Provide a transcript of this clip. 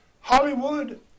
Hollywood